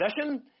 possession